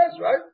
right